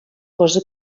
cosa